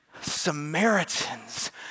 Samaritans